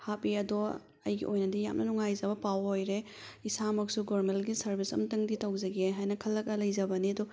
ꯍꯥꯞꯄꯤ ꯑꯗꯣ ꯑꯩꯒꯤ ꯑꯣꯏꯅꯗꯤ ꯌꯥꯝꯅ ꯅꯨꯡꯉꯥꯏꯖꯕ ꯄꯥꯎ ꯑꯣꯏꯔꯦ ꯏꯁꯥꯃꯛꯁꯨ ꯒꯣꯔꯃꯦꯜꯒꯤ ꯁꯥꯔꯕꯤꯁ ꯑꯝꯇꯪꯗꯤ ꯇꯧꯖꯒꯦ ꯍꯥꯏꯅ ꯈꯜꯂꯒ ꯂꯩꯖꯕꯅꯤ ꯑꯗꯣ